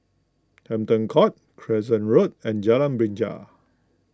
Hampton Court Crescent Road and Jalan Binja